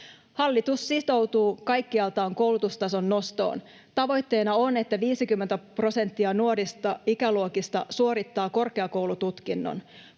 Hallitus sitoutuu kaikkialtaan koulutustason nostoon. Tavoitteena on, että 50 prosenttia nuorista ikäluokista suorittaa korkeakoulututkinnon.